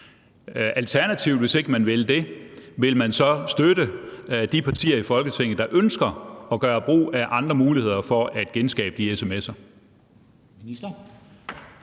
alternativt, hvis man ikke vil det, så støtte de partier i Folketinget, der ønsker at gøre brug af andre muligheder for at genskabe de sms'er?